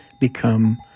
become